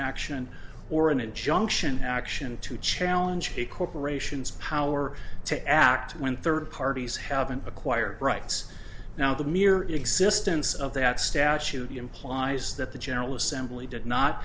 action or an injunction action to challenge the corporation's power to act when third parties haven't acquired rights now the mere existence of that statute implies that the general assembly did not